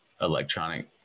electronic